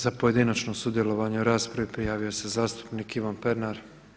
Za pojedinačno sudjelovanje u raspravi prijavio se zastupnik Ivan Pernar.